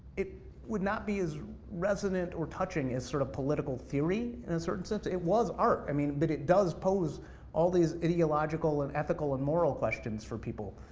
it would not be as resonate or touching as sort of political theory, in a certain sense, it was art, i mean but it does pose all these ideological and ethical, and moral questions for people.